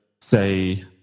say